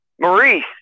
Maurice